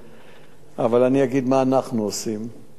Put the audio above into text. אבל אני אגיד מה אנחנו עושים ומה המשטרה עושה.